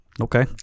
Okay